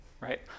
right